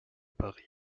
paris